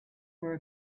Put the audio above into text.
were